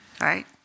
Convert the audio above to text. right